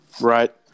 Right